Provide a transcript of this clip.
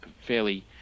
fairly